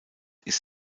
ist